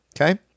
Okay